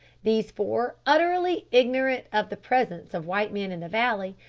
these four, utterly ignorant of the presence of white men in the valley,